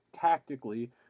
tactically